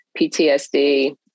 PTSD